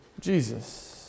Jesus